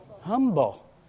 Humble